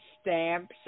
stamps